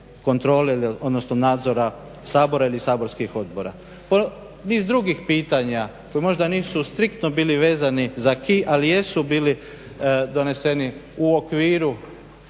kontrole odnosno nadzora Sabora ili saborskih odbora. Niz drugih pitanja koji možda nisu striktno bili vezani za acquis ali jesu bili doneseni u okviru